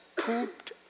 pooped